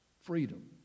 freedom